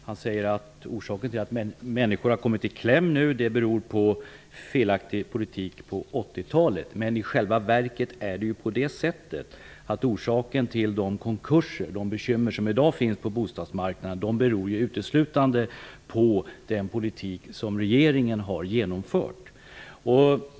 Han säger att orsaken till att människor nu har kommit i kläm är felaktig politik på 80-talet, men i själva verket beror de konkurser och bekymmer som i dag förekommer på bostadsmarknaden uteslutande på den politik som regeringen har genomfört.